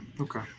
Okay